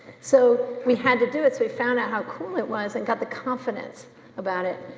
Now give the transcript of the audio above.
so, we had to do it, so we found out how cool it was and got the confidence about it.